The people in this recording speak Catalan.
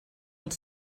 els